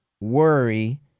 worry